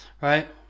Right